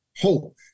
hope